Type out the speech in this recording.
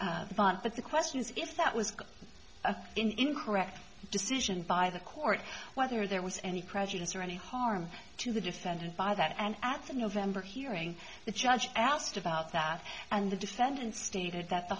that the question is if that was incorrect decision by the court whether there was any prejudice or any harm to the defendant by that and at the november hearing the judge asked about that and the defendant stated that the